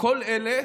כל אלה